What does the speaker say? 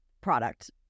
product